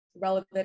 relevant